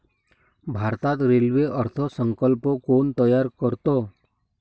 भारतात रेल्वे अर्थ संकल्प कोण तयार करतं?